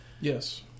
Yes